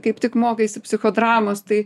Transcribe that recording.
kaip tik mokaisi psichodramos tai